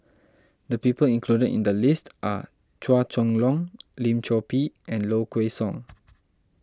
the people included in the list are Chua Chong Long Lim Chor Pee and Low Kway Song